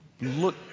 look